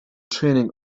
training